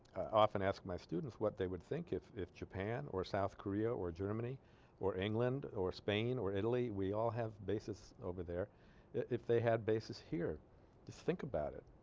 often ask my students what they would think if if japan or south korea or germany or england or spain or italy we all have bases over there if they had bases here think about it